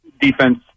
defense